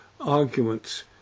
arguments